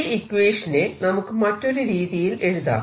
ഈ ഇക്വേഷനെ നമുക്ക് മറ്റൊരു രീതിയിൽ എഴുതാം